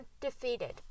defeated